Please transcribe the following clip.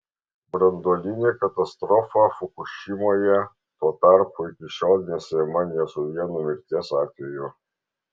branduolinė katastrofa fukušimoje tuo tarpu iki šiol nesiejama nė su vienu mirties atveju